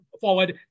forward